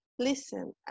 listen